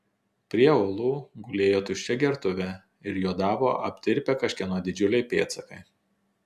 prie uolų gulėjo tuščia gertuvė ir juodavo aptirpę kažkieno didžiuliai pėdsakai